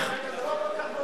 אני רוצה לדרוש,